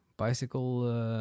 bicycle